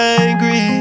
angry